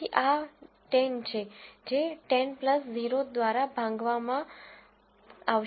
તેથી આ 10 છે જે 10 0 દ્વારા ભાંગવામાં આવશે